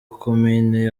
komini